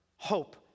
Hope